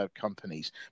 companies